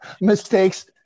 Mistakes